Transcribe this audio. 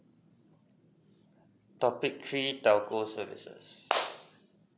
topic three telco services